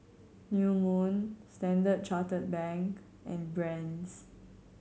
New Moon Standard Chartered Bank and Brand's